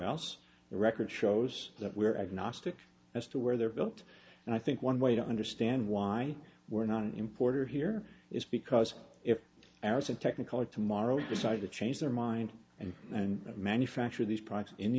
the record shows that we're agnostic as to where they're built and i think one way to understand why we're not an importer here is because if there's a technical it tomorrow decide to change their mind and and manufacture these products in the